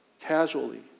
casually